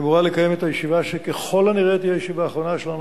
היא אמורה לקיים את הישיבה שככל הנראה תהיה הישיבה האחרונה שלה,